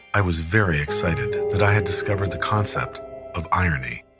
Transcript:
i was very excited that i had discovered the concept of irony.